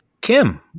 Kim